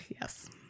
yes